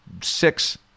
six